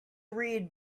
read